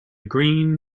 green